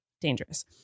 dangerous